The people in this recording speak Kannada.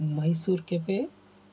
ಮೈಸೂರ್ ಕೆಫೆ